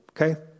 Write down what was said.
okay